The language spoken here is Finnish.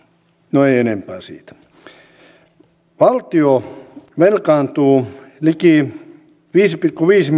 no ei enempää siitä valtio velkaantuu liki viisi pilkku viisi